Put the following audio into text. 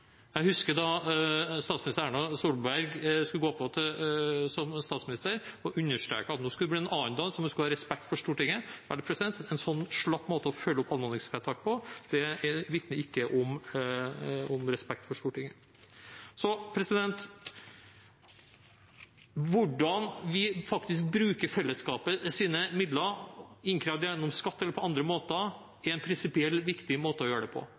Jeg husker da statsminister Erna Solberg skulle gå på som statsminister og hun understreket at nå skulle det bli en annen dans, og man skulle ha respekt for Stortinget. En sånn slapp måte å følge opp anmodningsvedtak på vitner ikke om respekt for Stortinget. Å kontrollere hvordan vi faktisk bruker fellesskapets midler, innkrevd gjennom skatt eller på andre måter, er en prinsipielt viktig måte å gjøre det på,